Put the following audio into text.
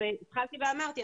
התחלתי ואמרתי,